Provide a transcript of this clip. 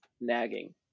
nagging